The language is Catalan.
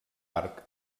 arc